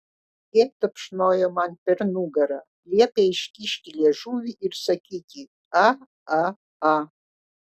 jie tapšnojo man per nugarą liepė iškišti liežuvį ir sakyti aaa